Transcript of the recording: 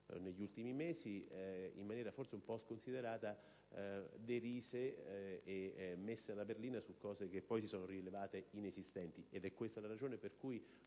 negli ultimi mesi, in maniera forse un po' sconsiderata, derise e messe alla berlina su fatti che poi si sono rivelati inesistenti. Ed è questa la ragione per cui